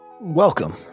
Welcome